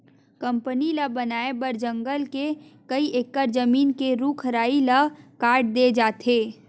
company ल बनाए बर जंगल के कइ एकड़ जमीन के रूख राई ल काट दे जाथे